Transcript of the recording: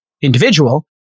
individual